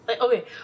Okay